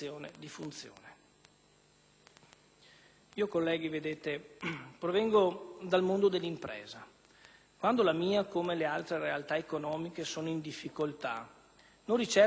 Colleghi, provengo dal mondo dell'impresa, ma quando la mia o le altre realtà economiche sono in difficoltà, non ricercano qualche contributo che